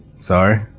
Sorry